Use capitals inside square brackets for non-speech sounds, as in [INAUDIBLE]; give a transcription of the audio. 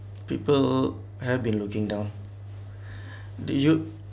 people have been looking down [BREATH] did you